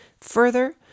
Further